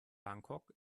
bangkok